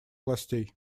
властей